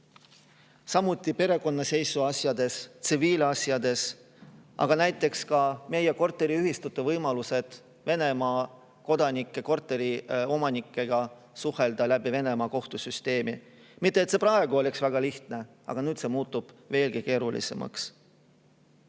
Samuti perekonnaseisuasjades, tsiviilasjades, aga näiteks ka meie korteriühistute võimalused Venemaa kodanikest korteriomanikega suhelda läbi Venemaa kohtusüsteemi. Mitte et see praegu oleks väga lihtne, aga nüüd muutub see veelgi keerulisemaks.